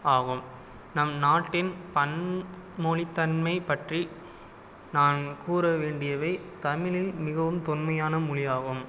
ஆகும் நம் நாட்டின் பன் மொழி தன்மைப் பற்றி நான் கூற வேண்டியவை தமிழில் மிகவும் தொன்மையான மொழி ஆகும்